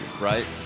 right